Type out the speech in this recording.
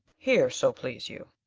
heere so please you